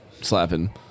slapping